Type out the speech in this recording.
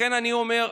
לכן אני אומר,